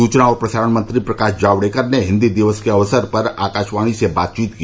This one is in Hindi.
सुचना और प्रसारण मंत्री प्रकाश जावड़ेकर ने हिन्दी दिवस के अवसर पर आकाशवाणी से बातचीत की